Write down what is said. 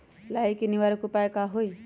लाही के निवारक उपाय का होई?